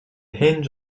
hinge